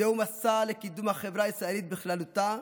זהו מסע לקידום החברה הישראלית בכללותה,